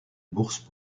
bourse